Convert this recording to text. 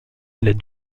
les